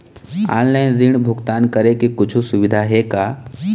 Online ऋण भुगतान करे के कुछू सुविधा हे का?